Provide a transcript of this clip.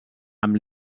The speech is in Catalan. amb